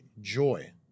joy